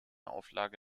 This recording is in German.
auflage